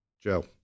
Joe